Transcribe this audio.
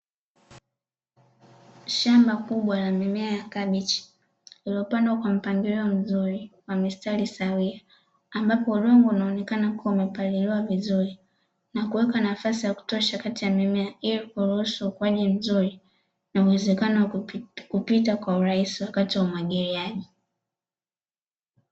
Shamba kubwa la mimea ya kabichi lililopandwa kwa mpangilio mzuri wa mistari sawia ambapo udongo unaonekana kuwa umepaliliwa vizuri na kuweka nafasi ya kutosha kati ya mimea ili kuruhusu ukuaji mzuri na uwezekano wa kupita kwa urahisi wakati wa umwagiliaji.